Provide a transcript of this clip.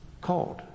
called